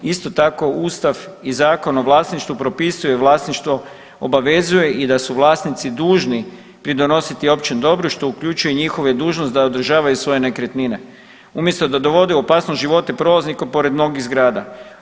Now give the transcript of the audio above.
Isto tako Ustav i Zakon o vlasništvu propisuje vlasništvo obavezuje i da su vlasnici dužni pridonositi i općem dobru što uključuje i njihova je dužnost da održavaju svoje nekretnine umjesto da dovode u opasnost života prolaznika pored mnogih zgrada.